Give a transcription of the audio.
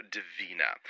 Divina